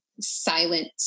silent